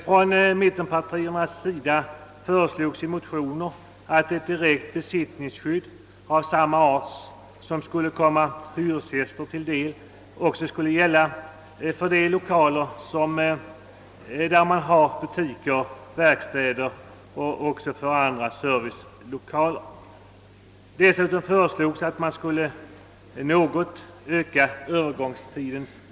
Från mittenpartiernas sida har föreslagits att ett direkt besittningsskydd av samma slag som skulle gälla för bostadslägenheter också skulle gälla för lokaler — butiker, verkstäder och andra servicelokaler. Dessutom föreslogs att övergångstidens längd skulle ökas något.